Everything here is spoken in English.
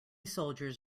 soldiers